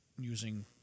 using